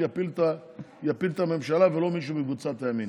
יפיל את הממשלה ולא מישהו מקבוצת הימין.